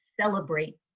celebrate